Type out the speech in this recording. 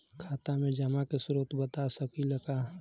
खाता में जमा के स्रोत बता सकी ला का?